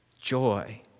joy